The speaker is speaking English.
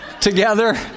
together